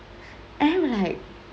and then like